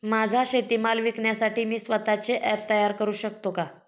माझा शेतीमाल विकण्यासाठी मी स्वत:चे ॲप तयार करु शकतो का?